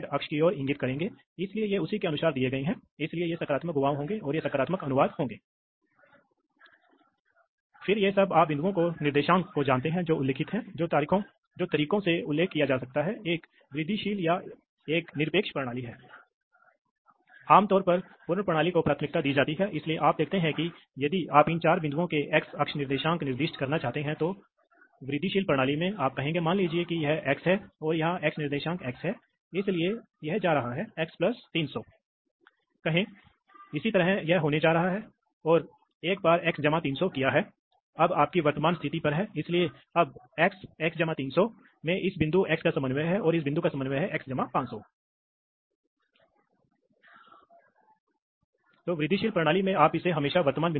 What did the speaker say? इसी तरह आपके पास इलेक्ट्रॉनिक इंटरफेस हो सकता है यह देखें कि यह एक थोड़ा अधिक विस्तृत विन्यास है इसलिए आपके पास संकेतों की विद्युत फीडबैक हो सकती है या तो विस्थापन हो सकता है इसलिए आपके पास स्थिति सेंसर हो सकते हैं या आप दबाव संवेदन कर सकते हैं जैसा कि हमारे पास है जैसा कि हमने चर्चा की है इसलिए यह विद्युत प्रतिक्रिया कुछ संचरण तकनीक का उपयोग करते हुए सेंसर से आती है इस मामले में हमने अभी 4 से 20 मिली एम्पीयर का उल्लेख किया है यह कुछ और भी हो सकता है और फिर उन्हें अधिग्रहित किया जाता है इस सिग्नल को एक डिजिटल नियंत्रक में अधिग्रहित किया जाता है